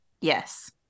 Yes